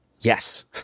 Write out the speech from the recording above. yes